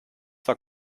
zwar